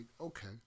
okay